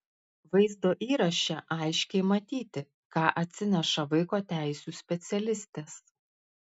vaizdo įraše aiškiai matyti ką atsineša vaiko teisių specialistės